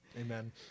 Amen